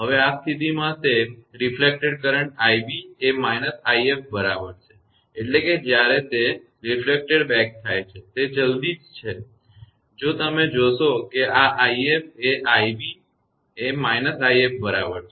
હવે આ સ્થિતિમાં તે પ્રતિબિંબિત કરંટ 𝑖𝑏 એ −𝑖𝑓 બરાબર હશે એટલે કે જ્યારે તે પાછું પ્રતિબિંબિત થાય છે તે જલ્દી જ છે જો તમે જોશો કે આ 𝑖𝑓 અને 𝑖𝑏 એ −𝑖𝑓 બરાબર છે